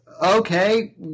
Okay